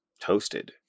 toasted